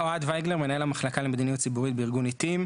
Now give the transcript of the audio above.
אוהד וייגלר מנהל המחלקה למדיניות ציבורית בארגון עיטים,